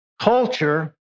culture